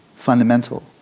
fundamental.